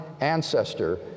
ancestor